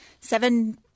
seven